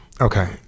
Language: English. Okay